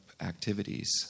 activities